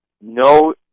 no